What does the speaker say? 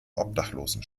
obdachlosen